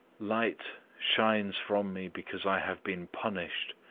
light shines from me because i have been punished,